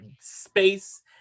space